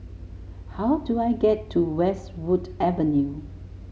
how do I get to Westwood Avenue